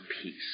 peace